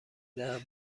دهم